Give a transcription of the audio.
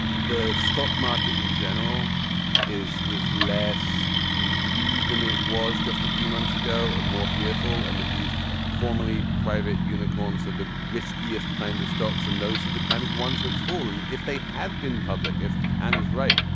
the stock market in general is is less greedy than it was just a few months ago. more fearful and these formerly private unicorns are the riskiest kinds of stocks and those are the kind of ones which fall. and if they had been public. if and is right.